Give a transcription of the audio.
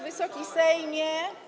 Wysoki Sejmie!